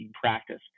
practice